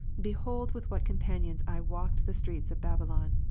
behold with what companions i walked the streets of babylon,